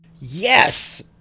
Yes